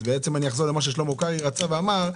אחזור אל מה ששלמה קרעי אמר: